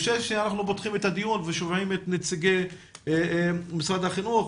לפני שאנחנו פותחים את הדיון ושומעים את נציגי משרד החינוך,